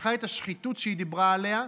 לקחה את השחיתות שהיא דיברה עליה,